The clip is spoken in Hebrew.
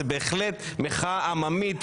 זה בהחלט מחאה עממית.